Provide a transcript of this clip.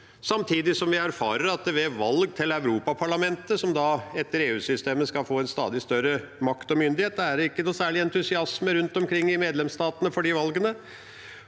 Samtidig erfarer vi at ved valg til Europaparlamentet, som etter EU-systemet skal få stadig større makt og myndighet, er det ikke noe særlig entusiasme rundt omkring i medlemsstatene. Vi ser